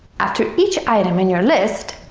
after each item in your list,